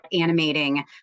animating